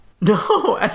No